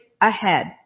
Ahead